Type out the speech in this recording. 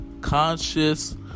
conscious